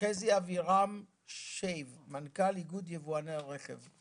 חזי אבירם שייב, מנכ"ל איגוד יבואני הרכב,